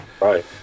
Right